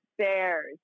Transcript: stairs